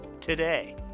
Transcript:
today